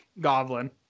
goblin